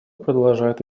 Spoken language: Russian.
продолжает